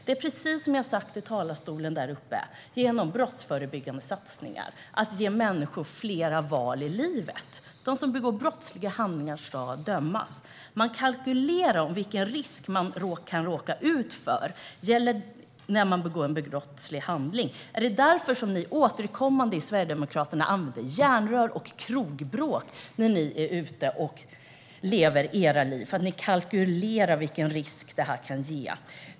Det är, precis som jag sa i talarstolen, genom brottsförebyggande satsningar och genom att ge människor flera val i livet vi motverkar kriminalitet. De som begår brottsliga handlingar ska dömas. Man kalkylerar med vilken risk som man tar när man begår en brottslig handling. Är det därför som ni i Sverigedemokraterna återkommande använder järnrör och hamnar i krogbråk i ert uteliv? Ni kalkylerar vilken risk som ni tar.